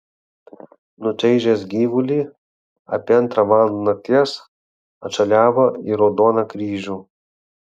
nučaižęs gyvulį apie antrą valandą nakties atšuoliavo į raudoną kryžių